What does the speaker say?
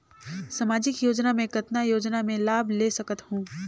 समाजिक योजना मे कतना योजना मे लाभ ले सकत हूं?